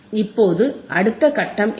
இப்போது அடுத்த கட்டம் என்ன